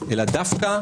אלא דווקא